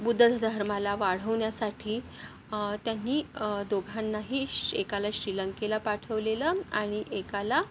बुद्ध ध धर्माला वाढवण्यासाठी त्यांनी दोघांनाही श्री एकाला श्रीलंकेला पाठवलेलं आणि एकाला